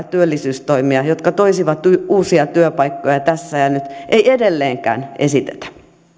työllisyystoimia jotka toisivat uusia työpaikkoja tässä ja nyt ei edelleenkään esitetä